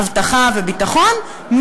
אבטחה וביטחון,